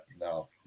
no